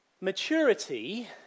Maturity